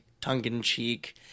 tongue-in-cheek